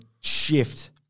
shift